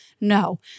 No